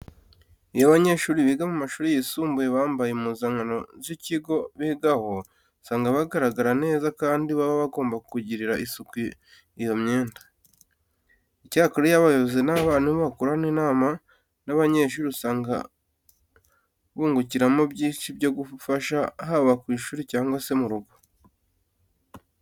Iyo abanyeshuri biga mu mashuri yisumbuye bambaye impuzankano z'ikigo bigaho, usanga bagaragara neza kandi baba bagomba kugirira isuku iyo myenda. Icyakora iyo abayobozi n'abarimu bakoranye inama n'aba banyeshuri usanga bungukiramo byinshi byo kubafasha haba ku ishuri cyangwa se mu rugo.